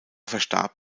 verstarb